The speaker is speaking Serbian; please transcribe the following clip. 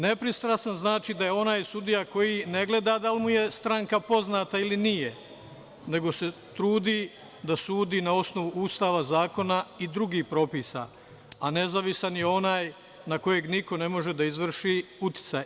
Nepristrasan znači da je onaj sudija koji ne gleda da li mu je stranka poznata ili nije, nego se trudi da sudi na osnovu Ustava, zakona i drugih propisa, a nezavisan je onaj na koga niko ne može da izvrši uticaj.